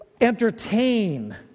entertain